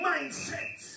Mindset